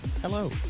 Hello